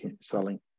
selling